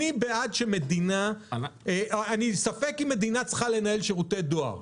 אני בספק אם מדינה צריכה לנהל שירותי דואר,